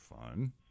fun